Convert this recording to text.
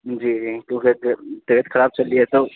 جی جی کیونکہ طبیعت خراب چل رہی ہے تو